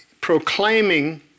proclaiming